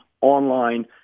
online